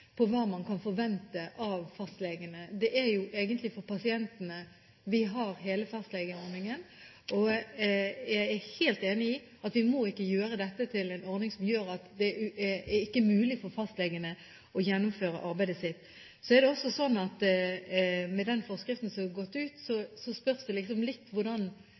hva man kan forvente av fastlegene. Det er jo for pasientene vi har hele fastlegeordningen. Men jeg er helt enig i at vi ikke må gjøre dette til en ordning som gjør at det ikke er mulig for fastlegene å utføre arbeidet sitt. Når det gjelder den forskriften som har gått ut, spørs det litt hvordan